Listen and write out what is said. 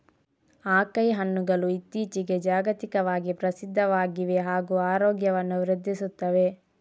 acai ಹಣ್ಣುಗಳು ಇತ್ತೀಚಿಗೆ ಜಾಗತಿಕವಾಗಿ ಪ್ರಸಿದ್ಧವಾಗಿವೆ ಹಾಗೂ ಆರೋಗ್ಯವನ್ನು ವೃದ್ಧಿಸುತ್ತವೆ